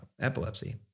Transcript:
epilepsy